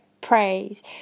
praise